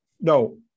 No